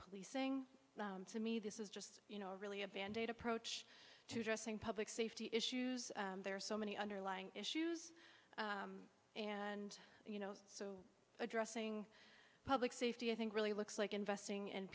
policing to me this is just you know really a band aid approach to addressing public safety issues there are so many underlying issues and you know so addressing public safety i think really looks like investing